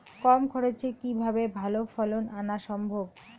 কম খরচে কিভাবে ভালো ফলন আনা সম্ভব?